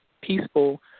peaceful